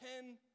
ten